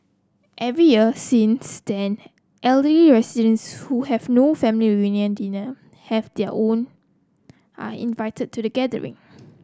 every year since then elderly residents who have no family reunion dinner have their own are invited to the gathering